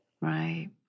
Right